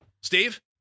Steve